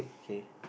okay